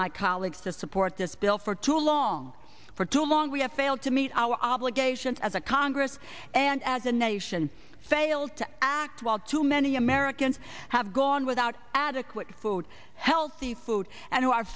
my colleagues to support this bill for too long for too long we have failed to meet our obligations as a congress and as a nation failed to act while too many americans have gone without adequate food healthy food and who are